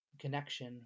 connection